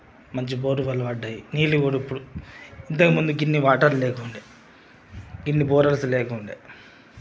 మంచి బోరు బావులు పడ్డాయి నీళ్లు కూడా ఇప్పుడు ఇంతకుముందు గిన్ని వాటర్ లేకుండే గిన్ని మోటర్స్ లేకుండే